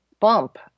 bump